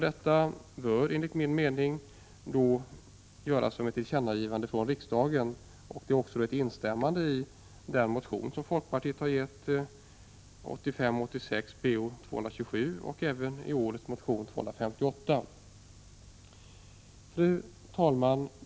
Detta bör enligt min mening göras som ett tillkännagivande från riksdagen. Det innebär ett instämmande i folkpartimotionerna 1985 87:B0258. Fru talman!